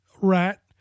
rat